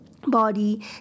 body